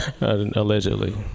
Allegedly